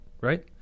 right